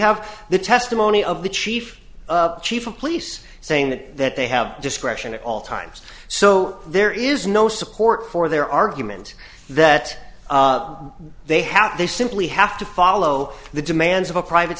have the testimony of the chief chief of police saying that they have discretion at all times so there is no support for their argument that they have they simply have to follow the demands of a private